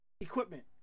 equipment